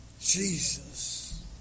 Jesus